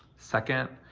second,